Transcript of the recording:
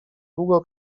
długo